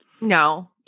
No